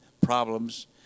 problems